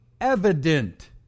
evident